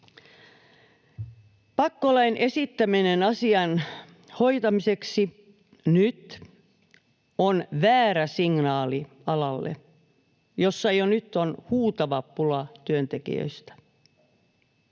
Pakkolain esittäminen asian hoitamiseksi nyt on väärä signaali alalle, jossa jo nyt on huutava pula työntekijöistä.